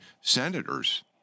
senators